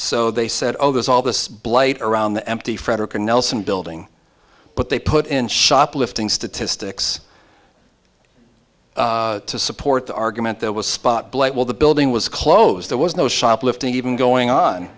so they said oh there's all this blight around the empty fredricka nelson building but they put in shoplifting statistics to support the argument there was spot blight while the building was closed there was no shoplifting even going on